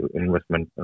investment